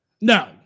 No